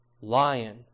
lion